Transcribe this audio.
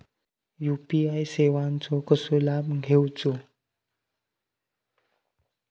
UPI सेवाचो कसो लाभ घेवचो?